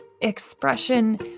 expression